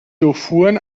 durchfuhren